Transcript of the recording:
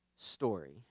story